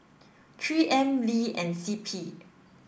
three M Lee and C P